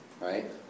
Right